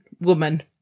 woman